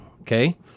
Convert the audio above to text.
Okay